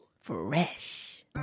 Fresh